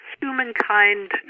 humankind